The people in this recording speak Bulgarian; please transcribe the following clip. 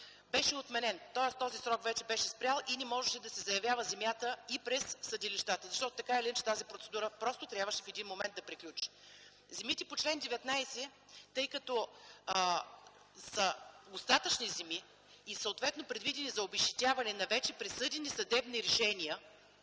беше отменен. Тоест този срок вече беше спрял и не можеше да се заявява земята и пред съдилищата, защото така или иначе тази процедура в един момент просто трябваше да приключи. Земите по чл. 19, тъй като са остатъчни земи и съответно предвидени за обезщетяване на вече присъдени съдебни решения,